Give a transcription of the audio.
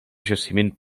jaciment